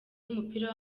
w’umupira